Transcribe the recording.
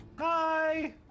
Hi